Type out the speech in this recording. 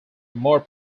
more